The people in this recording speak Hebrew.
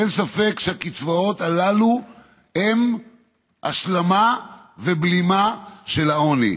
אין ספק שהקצבאות הללו הן השלמה ובלימה של העוני.